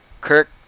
Kirk